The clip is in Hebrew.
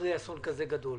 אחרי אסון כזה גדול.